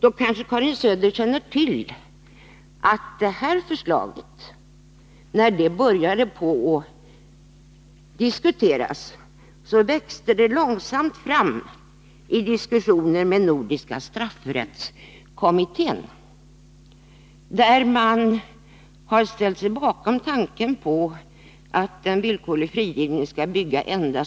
Karin Söder känner därför kanske till att när det här förslaget om villkorlig frigivning började diskuteras, växte det långsamt fram i diskussioner med Nordiska straffrättskommittén, där man har ställt sig bakom tanken på att en villkorlig frigivning endast skall bygga på en kvotdel.